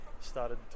started